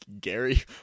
Gary